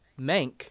Mank